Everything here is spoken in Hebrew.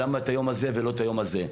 למה את היום הזה ולא את היום הזה?